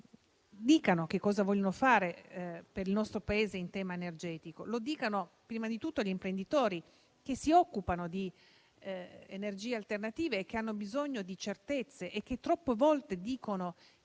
dicano che cosa vogliono fare per il nostro Paese in tema energetico e lo dicano prima di tutto agli imprenditori che si occupano di energie alternative; imprenditori che hanno bisogno di certezze e troppe volte lamentano che